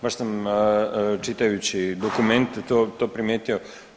Baš sam čitajući dokumente to primijetio.